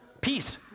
Peace